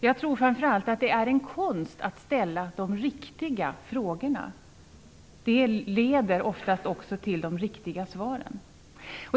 Jag tror framför allt att det är en konst att ställa de riktiga frågorna. Det leder oftast också till de riktiga svaren.